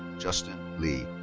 justin le.